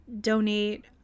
donate